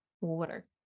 Water